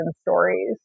stories